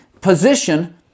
position